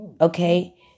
okay